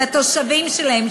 לתושבים שלהם,